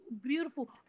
beautiful